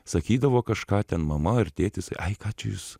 sakydavo kažką ten mama ar tėtis ai ką čia jūs